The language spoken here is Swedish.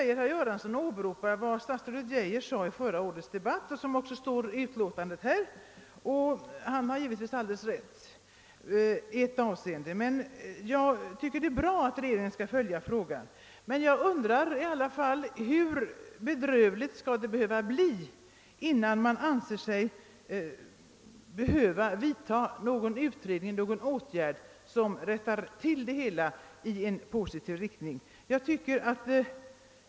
Herr Göransson åberopade vad statsrådet Geijer sade i förra årets debatt, något som också finns omnämnt i utskottsutlåtandet, och herr Göransson har givetvis alldeles rätt i ett avseende. Jag tycker också att det är bra att regeringen skall följa frågan, men jag undrar hur bedrövligt det skall behöva bli, innan regeringen anser sig böra vidta någon åtgärd i positiv riktning.